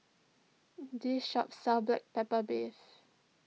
this shop sells Black Pepper Beef